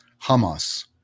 hamas